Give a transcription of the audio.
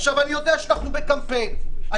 עכשיו אני יודע שאנחנו במהלך קמפיין בחירות,